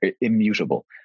immutable